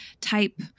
type